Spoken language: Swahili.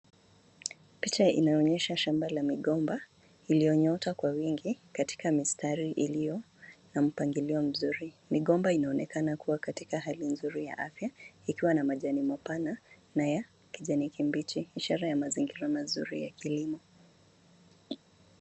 Picha inaonyesha shamba la migomba iliyonyota kwa wingi katika mistari iliyo na mpangilio mzuri. Migomba inaonekana kuwa katika hali nzuri ya afya ikiwa na majani mapana na ya kijani kibichi ishara ya mazingira mazuri ya kilimo.